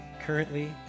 Currently